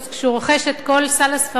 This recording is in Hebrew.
כשהוא רוכש את כל סל הספרים,